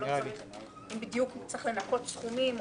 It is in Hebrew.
אם בדיוק אם צריך לנכות סכומים,